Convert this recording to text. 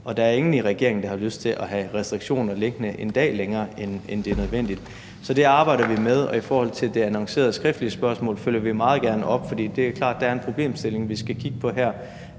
og der er ingen i regeringen, der har lyst til at have restriktioner liggende en dag længere, end det er nødvendigt. Så det arbejder vi med. I forhold til det annoncerede skriftlige spørgsmål følger vi meget gerne op, for det er klart, at der er en problemstilling, vi skal kigge på her.